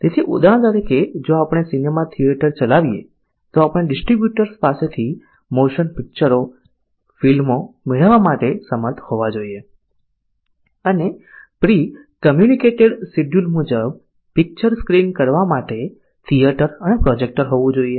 તેથી ઉદાહરણ તરીકે જો આપણે સિનેમા થિયેટર ચલાવીએ તો આપણે ડિસ્ટ્રીબ્યુટર્સ પાસેથી મોશન પિક્ચર ફિલ્મો મેળવવા માટે સમર્થ હોવા જોઈએ અને પ્રિ કમ્યુનિકેટેડ શેડ્યૂલ મુજબ પિક્ચર સ્ક્રીન કરવા માટે થિયેટર અને પ્રોજેક્ટર હોવું જોઈએ